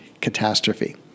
catastrophe